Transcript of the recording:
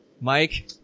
Mike